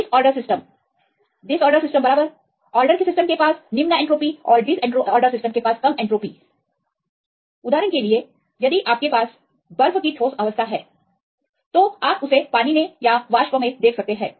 disorder system disorder system बराबरऑर्डर system के पास निम्न एन्ट्रापी और डिसऑर्डर सिस्टम के पास कम एन्ट्रापी उदाहरण के लिए यदि आपके पास इस बर्फ की ठोस अवस्था है तो आप उन्हें पानी में या तो वाष्प में देख सकते हैं